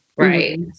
Right